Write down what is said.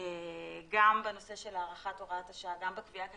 גם ב נושא של הארכת הוראת השעה וגם בקביעת